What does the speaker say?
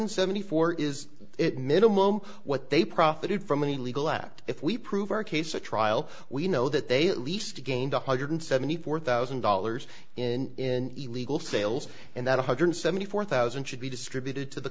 hundred seventy four is it minimum what they profited from any legal act if we prove our case a trial we know that they at least gained a hundred seventy four thousand dollars in illegal sales and that one hundred seventy four thousand should be distributed to the